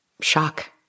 shock